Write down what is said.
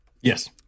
Yes